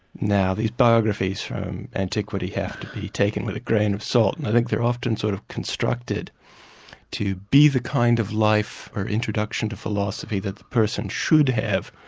now these biographies from antiquity have to be taken with a grain of salt, and i think they're often sort of constructed to be the kind of life or introduction to philosophy that the person should have,